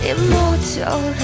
Immortal